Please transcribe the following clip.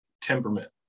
temperament